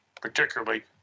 particularly